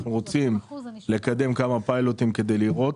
אנחנו רוצים לקדם כמה פיילוטים כדי לראות.